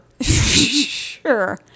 Sure